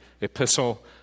epistle